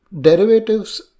derivatives